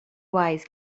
wise